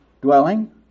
dwelling